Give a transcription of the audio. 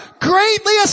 greatly